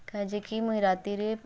କାଁଇଯେ କି ମୁଇଁ ରାତିରେ